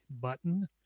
button